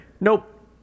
nope